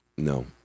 no